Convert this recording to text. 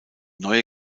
neue